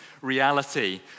reality